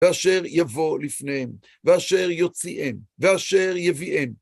ואשר יבוא לפניהם, ואשר יוציאם, ואשר יביאם.